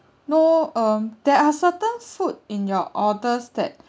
know um there are certain food in your orders that